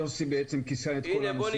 יוסי כיסה את כל הנושאים.